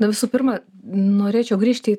tai visų pirma norėčiau grįžti į